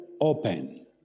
open